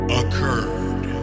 occurred